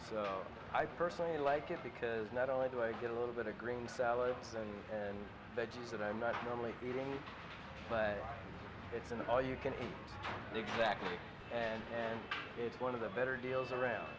but i personally like it because not only do i get a little bit of green salad and veggies that i'm not normally eating but it's an all you can is exactly and and it's one of the better deals around